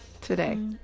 today